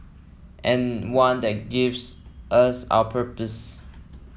and one that gives us our purpose